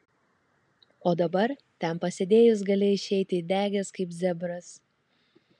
o dabar ten pasėdėjus gali išeiti įdegęs kaip zebras